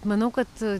manau kad